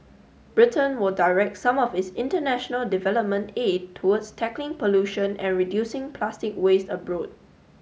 Britain will direct some of its international development aid towards tackling pollution and reducing plastic waste abroad